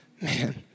man